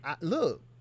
look